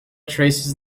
traces